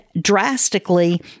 drastically